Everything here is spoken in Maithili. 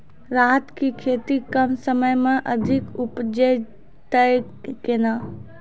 राहर की खेती कम समय मे अधिक उपजे तय केना?